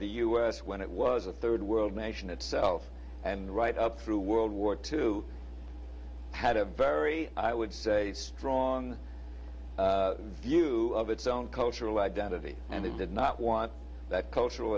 the u s when it was a rd world nation itself and right up through world war two had a very i would say a strong view of its own cultural identity and they did not want that cultural